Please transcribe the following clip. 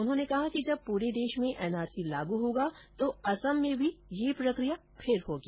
उन्होंने कहा कि जब पूरे देश में एनआरसी लागू होगा तो असम में भी यह प्रकिया फिर होगी